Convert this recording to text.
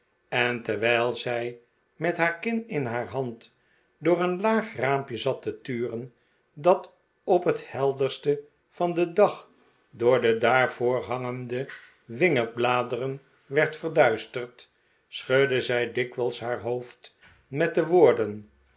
en terwijl zij met haar kin in haar hand door een laag raampje zat te turen dat op het helderste van den dag door de daarvoor hangende wingerdbladeren werd verduisterd schudde zij dikwijls haar hbofd met de woordem